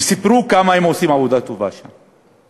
וסיפרו כמה הם עושים עבודה טובה שם,